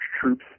troops